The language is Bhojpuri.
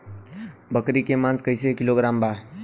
बकरी के मांस कईसे किलोग्राम बा?